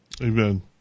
Amen